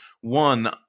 one